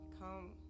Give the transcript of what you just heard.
come